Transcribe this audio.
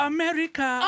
America